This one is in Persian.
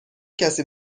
کسی